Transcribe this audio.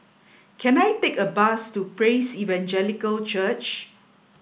can I take a bus to Praise Evangelical Church